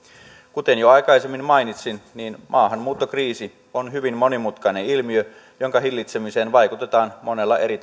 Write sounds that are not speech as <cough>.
kuten jo aikaisemmin mainitsin maahanmuuttokriisi on hyvin monimutkainen ilmiö jonka hillitsemiseen vaikutetaan monella eri <unintelligible>